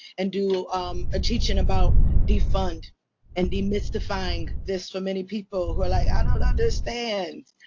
and do a teach-in about defund and demystifying this for many people. who are like i don't understand!